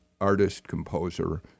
artist-composer